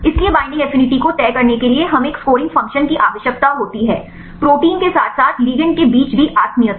इसलिए binding affinity को तय करने के लिए हमें एक स्कोरिंग फंक्शन की आवश्यकता होती है प्रोटीन के साथ साथ लिगैंड के बीच भी आत्मीयता